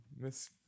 Miss